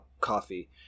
coffee